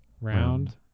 Round